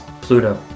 Pluto